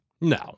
No